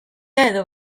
edo